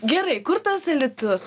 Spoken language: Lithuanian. gerai kur tas alytus